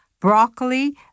broccoli